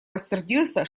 рассердился